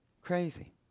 Crazy